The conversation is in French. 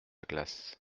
glace